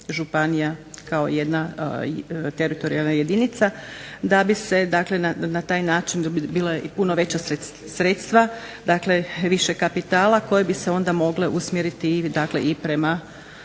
županija kao jedna teritorijalna jedinica da bi se dakle na taj način bila i puno veća sredstva, dakle više kapitala, koji bi se onda mogle usmjeriti i prema